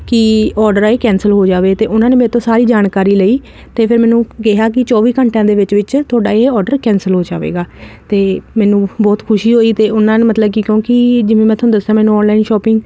ਕੀ order cancel ਹੋ ਜਾਵੇ ਤੇ ਉਹਨਾਂ ਨੇ ਮੇਰੇ ਤੋਂ ਸਾਰੀ ਜਾਣਕਾਰੀ ਲਈ ਤੇ ਫਿਰ ਮੈਨੂੰ ਕਿਹਾ ਕਿ ਚੋਵੀ ਘੰਟਿਆਂ ਦੇ ਵਿੱਚ ਵਿੱਚ ਤੁਹਾਡਾ ਇਹ ਆਰਡਰ ਕੈਂਸਲ ਹੋ ਜਾਵੇਗਾ ਤੇ ਮੈਨੂੰ ਬਹੁਤ ਖੁਸ਼ੀ ਹੋਈ ਤੇ ਉਹਨਾਂ ਨੇ ਮਤਲਬ ਕੀ ਕਿਉਂਕਿ ਜਿਵੇਂ ਮੈਂ ਤੁਹਾਨੂੰ ਦੱਸਿਆ ਮੈਨੂੰ ਆਨਲਾਈਨ ਸ਼ੋਪਿੰਗ